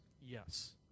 Yes